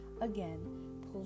Again